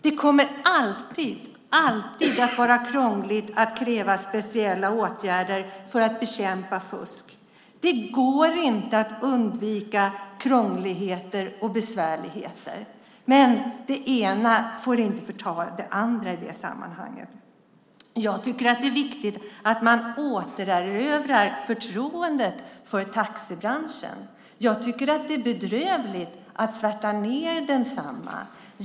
Det kommer alltid att vara krångligt att kräva speciella åtgärder för att bekämpa fusk. Det går inte att undvika krångligheter och besvärligheter, men det ena får inte förta det andra i det sammanhanget. Jag tycker att det är viktigt att man återerövrar förtroendet för taxibranschen. Jag tycker att det är bedrövligt att svärta ned densamma.